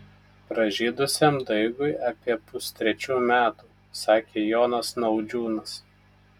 pražydusiam daigui apie pustrečių metų sakė jonas naudžiūnas